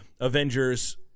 Avengers